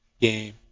game